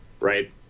right